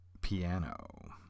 piano